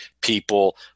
people